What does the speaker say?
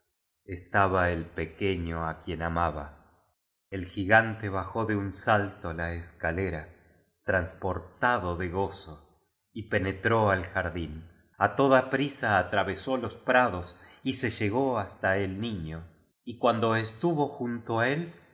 estaba el pequeñín á quien amaba el gigante bajó de un salto la escalera transportado de gozo y penetró al jardín á toda prisa atravesó los prados y se llegó hasta el niño y cuando estuvo jun to á él